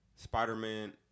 Spider-Man